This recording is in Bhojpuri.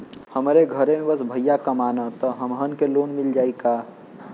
हमरे घर में बस भईया कमान तब हमहन के लोन मिल जाई का?